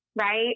right